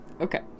Okay